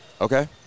okay